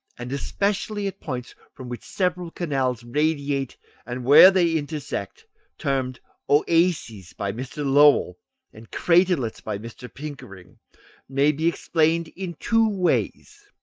and especially at points from which several canals radiate and where they intersect termed oases by mr. lowell and craterlets by mr. pickering may be explained in two ways.